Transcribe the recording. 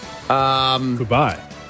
Goodbye